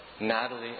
Natalie